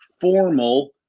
formal